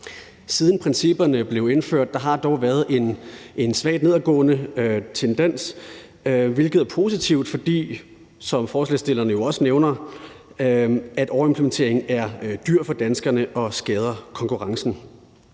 Siden principperne blev indført, har der dog været en svagt nedadgående tendens, hvilket er positivt, fordi overimplementeringen, som forslagsstillerne jo også nævner, er dyr for danskerne og skader konkurrencen.